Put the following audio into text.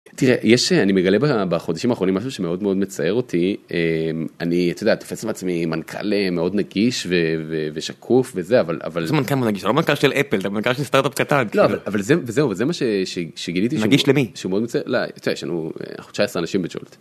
תראה, יש... אני מגלה בחודשים האחרונים משהו שמאוד מאוד מצער אותי, אני, אתה יודע, תופס מעצמי מנכ״ל מאוד נגיש, ושקוף, וזה, אבל... מה זה מנכ״ל נגיש? אתה לא מנכ"ל של אפל, אתה מנכ"ל של סטארט-אפ קטן. לא, אבל זה מה שגיליתי שהוא מאוד מצער... נגיש למי? אתה יודע, אנחנו 19 אנשים